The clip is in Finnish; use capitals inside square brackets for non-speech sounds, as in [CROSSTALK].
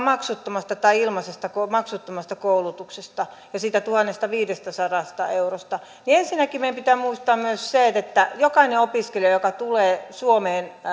[UNINTELLIGIBLE] maksuttomasta tai ilmaisesta koulutuksesta ja siitä tuhannestaviidestäsadasta eurosta niin ensinnäkin meidän pitää muistaa myös se että jokainen opiskelija joka tulee suomeen